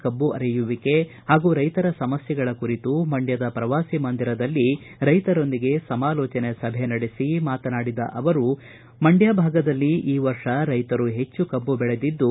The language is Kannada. ಕಬ್ಬು ಅರೆಯುವಿಕೆ ಹಾಗೂ ರೈತರ ಸಮಸ್ಥೆಗಳ ಕುರಿತು ಮಂಡ್ಕದ ಪ್ರವಾಸಿ ಮಂದಿರದಲ್ಲಿ ರೈತರೊಂದಿಗೆ ಸಮಾಲೋಚನೆ ಸಭೆ ನಡೆಸಿ ಮಾತನಾಡಿದ ಅವರು ಮಂಡ್ಯ ಭಾಗದಲ್ಲಿ ಈ ವರ್ಷ ರೈತರು ಹೆಚ್ಚು ಕಬ್ಬು ಬೆಳೆದಿದ್ದು